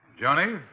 Johnny